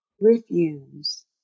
refuse